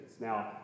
Now